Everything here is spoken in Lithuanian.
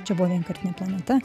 čia buvo vienkartinė planeta